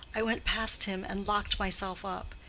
i went past him and locked myself up.